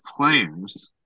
players